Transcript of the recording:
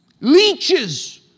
Leeches